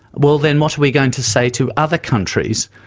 well, then what are we going to say to other countries?